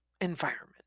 environment